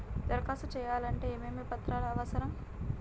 దరఖాస్తు చేయాలంటే ఏమేమి పత్రాలు అవసరం?